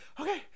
Okay